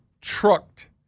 trucked